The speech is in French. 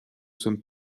sommes